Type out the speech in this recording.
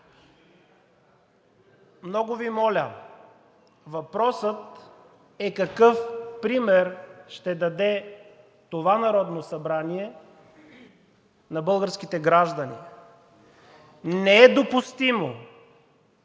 Много Ви моля, въпросът е какъв пример ще даде това Народно събрание на българските граждани. Не е допустимо